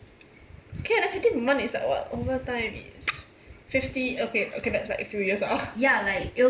okay ah then fifty per month is like what over time is fifty okay okay that's like a few years ah